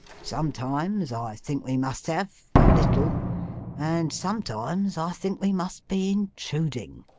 sometimes i think we must have a little and sometimes i think we must be intruding.